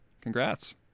Congrats